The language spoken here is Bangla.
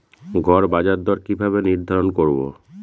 গড় বাজার দর কিভাবে নির্ধারণ করব?